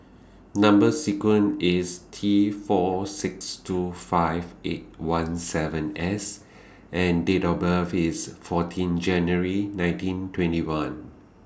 Number sequence IS T four six two five eight one seven S and Date of birth IS fourteen January nineteen twenty one